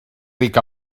ric